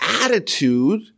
attitude